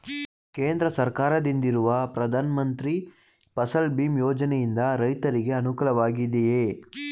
ಕೇಂದ್ರ ಸರ್ಕಾರದಿಂದಿರುವ ಪ್ರಧಾನ ಮಂತ್ರಿ ಫಸಲ್ ಭೀಮ್ ಯೋಜನೆಯಿಂದ ರೈತರಿಗೆ ಅನುಕೂಲವಾಗಿದೆಯೇ?